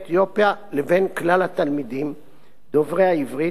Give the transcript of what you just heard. אתיופיה לבין כלל התלמידים דוברי העברית,